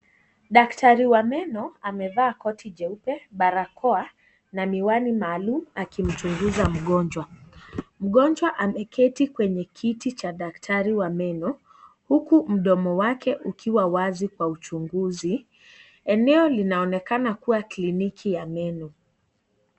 Daktari wa meno amevaa koti jeupe, barakoa na miwani maalum akimchunguza mgonjwa. Mgonjwa ameketi kwenye kiti cha daktari wa meno huku mdomo wake ukiwa wazi kwa uchunguzi. eneo linaonekana kuwa kliniki ya meno.